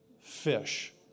fish